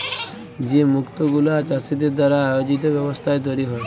যে মুক্ত গুলা চাষীদের দ্বারা আয়জিত ব্যবস্থায় তৈরী হ্যয়